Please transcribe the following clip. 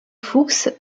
fuchs